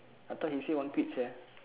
I thought he say want quit sia